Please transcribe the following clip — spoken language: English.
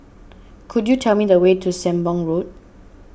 could you tell me the way to Sembong Road